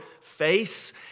face